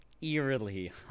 Eerily